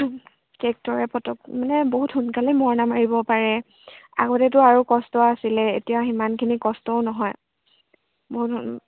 ট্ৰেক্টৰে পটক মানে বহুত সোনকালে মৰণা মাৰিব পাৰে আগতেতো আৰু কষ্ট আছিলে এতিয়া সিমানখিনি কষ্টও নহয় বহুত